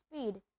speed